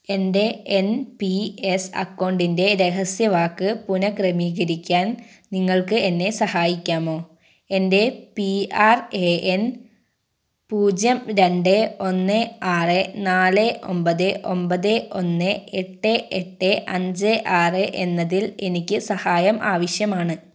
എൻ്റെ N P S അക്കൗണ്ടിൻ്റെ രഹസ്യവാക്ക് പുനക്രമീകരിക്കാൻ നിങ്ങൾക്ക് എന്നെ സഹായിക്കാമോ എൻ്റെ പി ആർ എ എൻ പൂജ്യം രണ്ട് ഒന്ന് ആറ് നാല് ഒൻപത് ഒൻപത് ഒന്ന് എട്ട് എട്ട് അഞ്ച് ആറ് എന്നതിൽ എനിക്ക് സഹായം ആവശ്യമാണ്